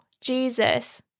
Jesus